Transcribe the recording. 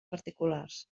particulars